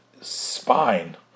spine